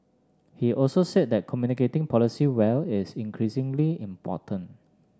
he also said that communicating policy well is increasingly important